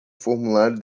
formulário